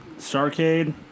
Starcade